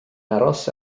aros